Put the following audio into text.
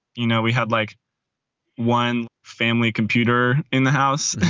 you know, we had like one family computer in the house,